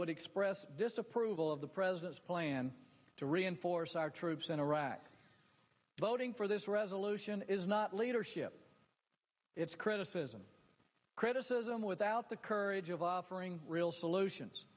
would express disapproval of the president's plan to reinforce our troops in iraq voting for this resolution is not leadership it's criticism criticism without the courage of offering real solutions